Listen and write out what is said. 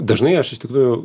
dažnai aš iš tikrųjų